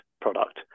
product